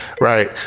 Right